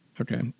Okay